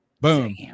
boom